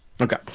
okay